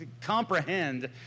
comprehend